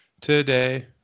today